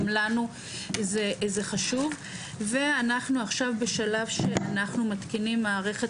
גם לנו זה חשוב ואנחנו עכשיו בשלב שאנחנו מתקינים מערכת,